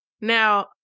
Now